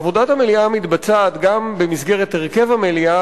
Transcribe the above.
עבודת המליאה מתבצעת גם במסגרת הרכב המליאה